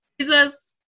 Jesus